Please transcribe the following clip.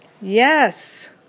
Yes